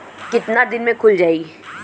कितना दिन में खुल जाई?